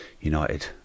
United